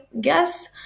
guess